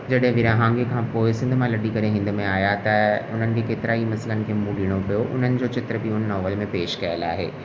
जॾहिं विरहांङे खां पोइ सिंध मां लधी करे हिन में आया त उन्हनि खे केतिरा ई मसइलनि में मूं ॾियणो पियो उन्हनि जो चित्र बि हुन नॉवेल में पेश कयुल आहे